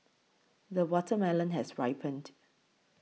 the watermelon has ripened